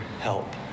help